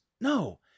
No